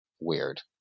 weird